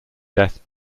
death